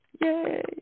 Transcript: Yay